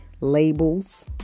labels